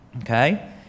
Okay